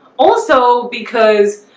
also because